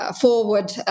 forward